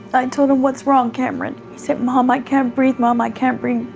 i told him, what's wrong cameron? he said, mom i can't breathe, mom i can't breathe.